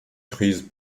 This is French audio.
crise